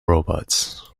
robots